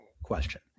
question